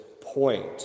point